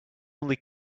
only